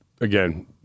again